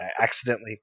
accidentally